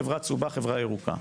חברה צהובה וחברה ירוקה.